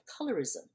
colorism